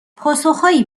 پاسخهایی